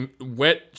wet